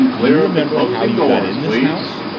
do you remember how you got in this house?